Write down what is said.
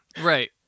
Right